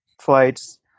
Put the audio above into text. flights